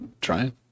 Trying